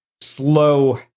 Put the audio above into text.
slow